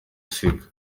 aseka